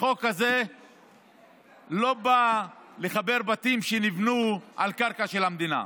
החוק הזה לא בא לחבר בתים שנבנו על קרקע של המדינה,